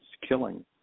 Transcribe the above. killing